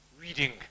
reading